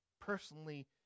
personally